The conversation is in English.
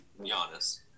Giannis